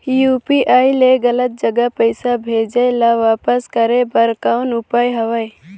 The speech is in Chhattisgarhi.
यू.पी.आई ले गलत जगह पईसा भेजाय ल वापस करे बर कौन उपाय हवय?